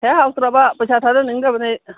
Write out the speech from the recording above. ꯍꯦꯛ ꯍꯥꯎꯇ꯭ꯔꯕ ꯄꯩꯁꯥ ꯊꯥꯗꯅꯤꯡꯗꯕꯅꯤ ꯑꯩ